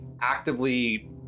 actively